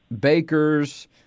bakers